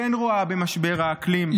כן רואה במשבר האקלים,